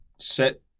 set